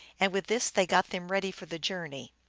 and with this they got them ready for the journey.